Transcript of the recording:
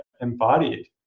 embodied